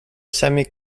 semi